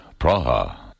Praha. (